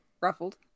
ruffled